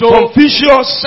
Confucius